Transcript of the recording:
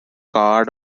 card